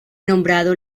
nombrado